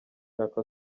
nako